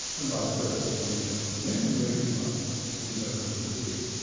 and vice versa, if you measure its momentum very precisely, then you don't know where it is.